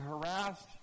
harassed